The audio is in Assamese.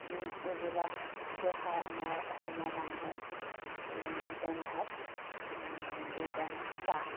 এইবিলাককে খাই আমাৰ অসমৰ মানুহে দুই টাইম ভাত দুই টাইম চাহ